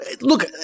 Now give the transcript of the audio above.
look